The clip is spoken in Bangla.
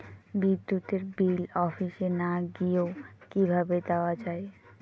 বিদ্যুতের বিল অফিসে না গিয়েও কিভাবে দেওয়া য়ায়?